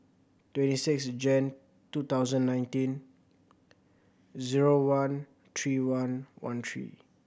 twenty six Jan two thousand nineteen zero one three one one three